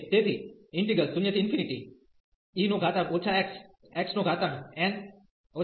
તેથી 0e xxn 1dx